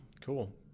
Cool